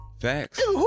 facts